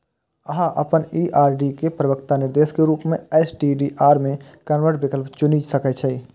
अहां अपन ई आर.डी के परिपक्वता निर्देश के रूप मे एस.टी.डी.आर मे कन्वर्ट विकल्प चुनि सकै छी